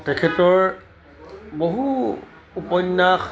তেখেতৰ বহু উপন্যাস